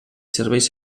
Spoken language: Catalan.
serveis